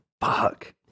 Fuck